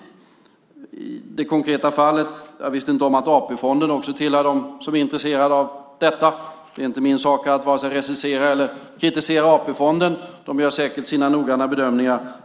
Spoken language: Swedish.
Apropå det konkreta fallet: Jag visste inte om att AP-fonden också tillhörde dem som är intresserade av detta. Det är inte min sak att vare sig recensera eller kritisera AP-fonden. De gör säkert noggranna bedömningar.